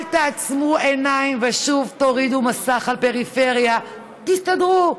אל תעצמו עיניים ושוב תורידו מסך על הפריפריה: תסתדרו,